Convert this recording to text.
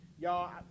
y'all